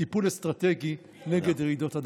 טיפול אסטרטגי נגד רעידות אדמה.